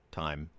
time